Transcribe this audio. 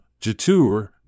Jatur